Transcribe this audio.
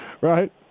Right